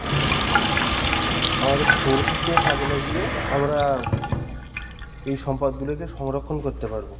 আমাদের সৌরশক্তিকে কাজে লাগিয়ে আমরা এই সম্পদগুলিকে সংরক্ষণ করতে পারবো